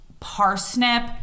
Parsnip